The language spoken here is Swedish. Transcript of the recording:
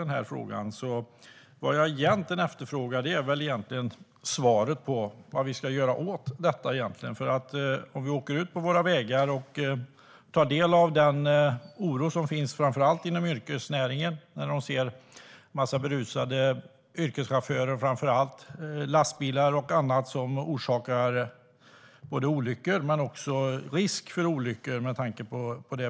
Det jag egentligen efterfrågar är svaret på vad vi ska göra åt oron hos framför allt yrkesförarna när de ser berusade lastbilschaufförer och andra som orsakar olyckor och risk för olyckor med sitt beteende.